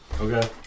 Okay